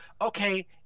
okay